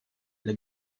для